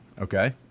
Okay